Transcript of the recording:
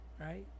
right